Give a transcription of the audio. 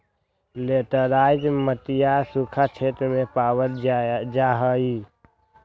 laterite मटिया सूखा क्षेत्र में पावल जाहई